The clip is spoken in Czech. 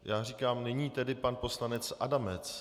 Já říkám: Nyní tedy pan poslanec Adamec.